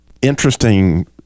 Interesting